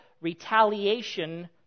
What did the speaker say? retaliation